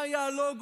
מה היה הלוגו,